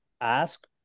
ask